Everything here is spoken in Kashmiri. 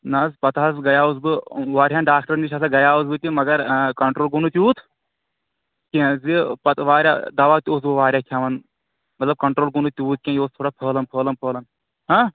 نہ حظ پَتہٕ حظ گیوس بہٕ واریاہَن ڈاکٹرن نِش ہسا گیوس بہٕ تہِ مگر کَنٹرٛول گوٚو نہٕ تیوٗت کینٛہہ زِ پَتہٕ واریاہ دوا تہِ اوسُس بہٕ واریاہ کھٮ۪وَان مطلب کَنٹرول گوٚو نہٕ تیوٗت کیٚنٛہہ یہِ اوس تھوڑا پھٔہلن پھٕہلن پھٔہلن ہاں